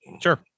Sure